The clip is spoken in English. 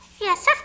Yes